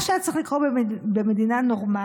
מה שהיה צריך לקרות במדינה נורמלית